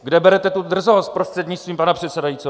Kde berete tu drzost, prostřednictvím paní předsedající?